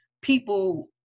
people